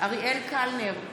אריאל קלנר,